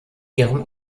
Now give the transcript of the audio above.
ihrem